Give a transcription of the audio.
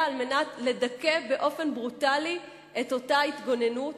הכול היה על מנת לדכא באופן ברוטלי את אותה התגוננות.